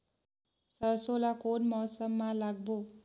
सरसो ला कोन मौसम मा लागबो?